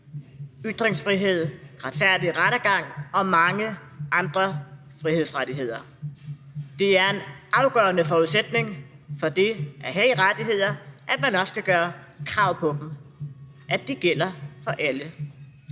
ytringsfrihed, retfærdig rettergang og mange andre frihedsrettigheder. Det er en afgørende forudsætning for det at have rettigheder, at man også kan gøre krav på dem, og at det gælder for alle.